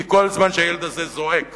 כי כל זמן שהילד הזה זועק